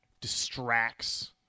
distracts